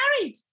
married